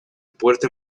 puerta